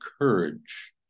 courage